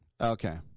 Okay